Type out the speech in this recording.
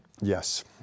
Yes